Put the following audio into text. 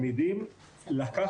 דוגמה